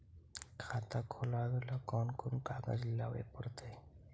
खाता खोलाबे ल कोन कोन कागज लाबे पड़तै?